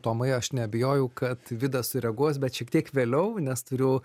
tomai aš neabejoju kad vidas sureaguos bet šiek tiek vėliau nes turiu